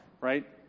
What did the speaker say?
Right